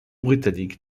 britannique